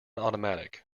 automatic